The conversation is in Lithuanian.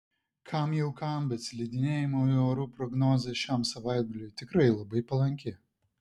kam jau kam bet slidinėjimui orų prognozė šiam savaitgaliui tikrai labai palanki